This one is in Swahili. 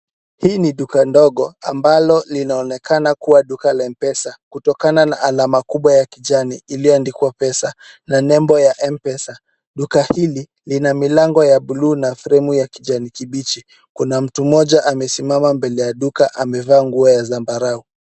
Hii ni duka ndogo ambalo linaonekana kuwa duka la M-Pesa kutokana alama kubwa ya kijani iliyoandikwa pesa na nembo ya M-Pesa. Duka hili lina milango ya buluu na fremu ya kijani kibichi. Kuna mtu mmoja amesimama mbele ya duka amevaa nguo ya zambarau.